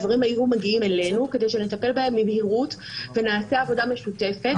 הדברים היו מגיעים אלינו כדי שנטפל בהם במהירות ונעשה עבודה משותפת.